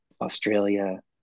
Australia